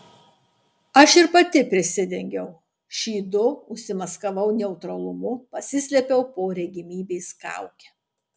aš ir pati prisidengiau šydu užsimaskavau neutralumu pasislėpiau po regimybės kauke